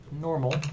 normal